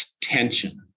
tension